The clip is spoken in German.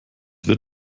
wird